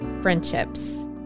friendships